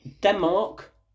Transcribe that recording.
Denmark